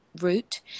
route